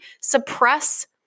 suppress